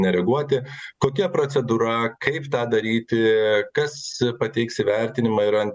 nereaguoti kokia procedūra kaip tą daryti kas pateiks įvertinimą yra